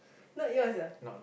not yours ah